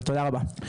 תודה רבה.